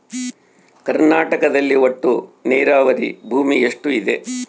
ಕರ್ನಾಟಕದಲ್ಲಿ ಒಟ್ಟು ನೇರಾವರಿ ಭೂಮಿ ಎಷ್ಟು ಇದೆ?